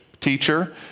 teacher